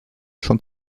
schon